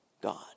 God